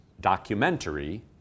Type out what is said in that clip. documentary